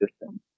system